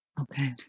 Okay